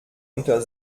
unter